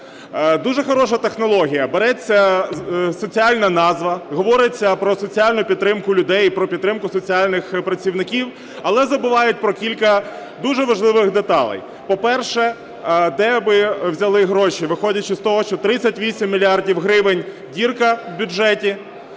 Дуже хороша технологія, береться соціальна назва, говориться про соціальну підтримку людей і про підтримку соціальних працівників, але забувають про кілька дуже важливих деталей. По-перше, де би взяли гроші, виходячи з того, що 38 мільярдів гривень дірка в бюджеті.